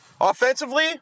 Offensively